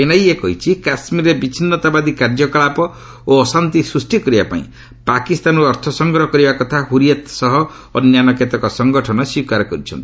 NIA କହିଛି କାଶ୍ମୀରରେ ବିଚ୍ଛିନ୍ନତାବାଦୀ କାର୍ଯ୍ୟକଳାପ ଓ ଅଶାନ୍ତି ସୃଷ୍ଟି କରିବାପାଇଁ ପାକିସ୍ତାନରୁ ଅର୍ଥ ସଂଗ୍ରହ କରିବା କଥା ହୁରିୟାତ୍ ସହ ଅନ୍ୟାନ୍ୟ କେତେକ ସଙ୍ଗଠନ ସ୍ୱୀକାର କରିଛନ୍ତି